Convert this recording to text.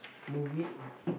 movie